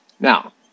Now